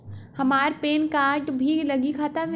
हमार PAN card भी लगी खाता में?